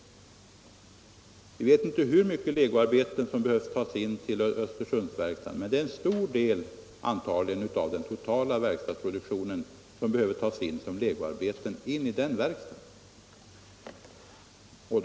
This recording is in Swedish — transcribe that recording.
Vi vet inte hur mycket legoarbeten som behöver tas in till Östersundsverkstaden, men det rör sig antagligen om en stor del av den totala verkstadsproduktionen.